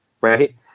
Right